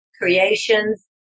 creations